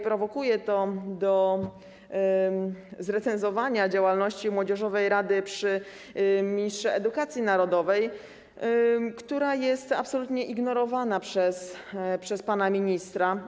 Prowokuje to do zrecenzowania działalności młodzieżowej rady przy ministrze edukacji narodowej, która jest absolutnie ignorowana przez pana ministra.